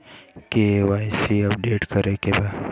KYC update करे के बा?